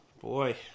Boy